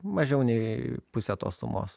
mažiau nei pusė tos sumos